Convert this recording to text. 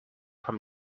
from